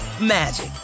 magic